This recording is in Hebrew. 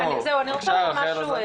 אני רוצה לומר משהו,